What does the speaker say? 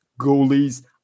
goalies